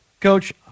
Coach